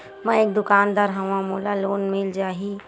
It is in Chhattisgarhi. मै एक दुकानदार हवय मोला लोन मिल जाही?